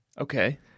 Okay